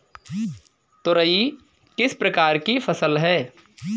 तोरई किस प्रकार की फसल है?